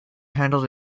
handled